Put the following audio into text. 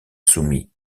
soumis